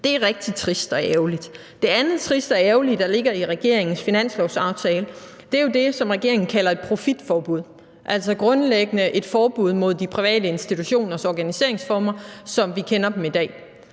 Det er rigtig trist og ærgerligt. Det andet triste og ærgerlige, der ligger i regeringens finanslovsaftale, er jo det, som regeringen kalder et profitforbud, altså grundlæggende et forbud mod de private institutioners organiseringsformer, som vi kender dem i dag.